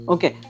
Okay